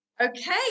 Okay